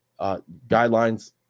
guidelines